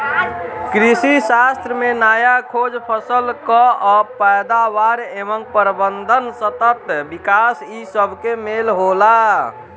कृषिशास्त्र में नया खोज, फसल कअ पैदावार एवं प्रबंधन, सतत विकास इ सबके मेल होला